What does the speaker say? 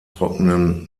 trockenen